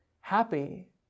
happy